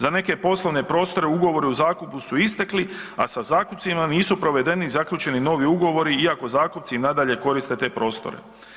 Za neke poslovne prostore ugovori o zakupu su istekli a sa zakupcima nisu provedeni i zaključeni novi ugovori iako zakupci i nadalje koriste te prostore.